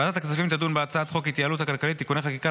ועדת הכספים תדון בהצעת חוק ההתייעלות הכלכלית (תיקוני חקיקה